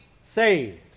saved